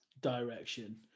direction